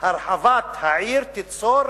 "הרחבת העיר תצית